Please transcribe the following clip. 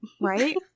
Right